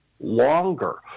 longer